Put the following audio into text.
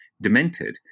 demented